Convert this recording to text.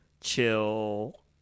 chill